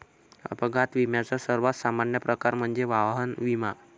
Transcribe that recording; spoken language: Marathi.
अपघात विम्याचा सर्वात सामान्य प्रकार म्हणजे वाहन विमा